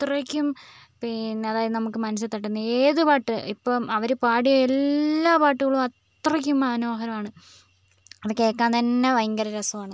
അത്രയ്ക്കും പിന്നെ അതായത് നമുക്ക് മനസ്സിൽ തട്ടുന്ന ഏത് പാട്ട് ഇപ്പം അവർ പാടിയ എല്ലാ പാട്ടുകളും അത്രയ്ക്ക് മനോഹരമാണ് അത് കേൾക്കാൻ തന്നെ ഭയങ്കര രസമാണ്